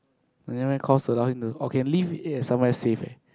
never mind cause allow him to okay leave it at somewhere safe eh